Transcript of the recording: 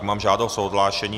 Mám žádost o odhlášení.